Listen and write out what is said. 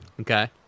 okay